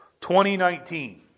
2019